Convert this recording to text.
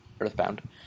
Earthbound